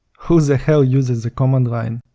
who the hell uses the command line?